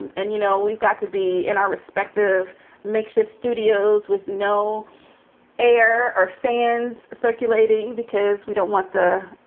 and and you know, we've got to be in our respective makeshift studios with no air or fans circulating because we don't want the,